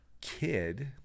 kid